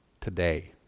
today